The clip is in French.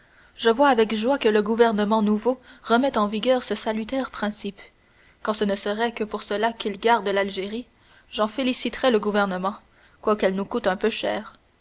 je vois avec joie que le gouvernement nouveau remet en vigueur ce salutaire principe quand ce ne serait que pour cela qu'il garde l'algérie j'en féliciterais le gouvernement quoiqu'elle nous coûte un peu cher